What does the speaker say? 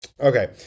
okay